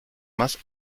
más